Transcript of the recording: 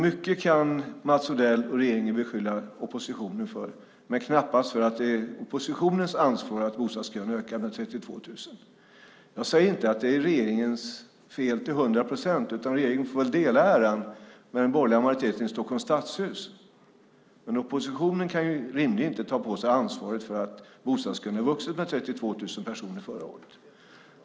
Mycket kan Mats Odell och regeringen beskylla oppositionen för, men knappast för att det är oppositionens ansvar att bostadskön ökat med 32 000. Jag säger inte att det är regeringens fel till hundra procent. Regeringen får väl dela äran med den borgerliga majoriteten i Stockholms stadshus, men oppositionen kan rimligen inte ta på sig ansvaret för att bostadskön växte med 32 000 personer förra året.